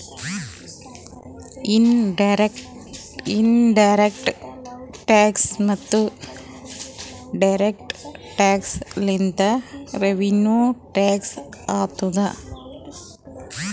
in direct tax ಮತ್ತ direct tax ಲಿಂತೆ revenue tax ಆತ್ತುದ್